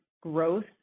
growth